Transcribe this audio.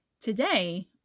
Today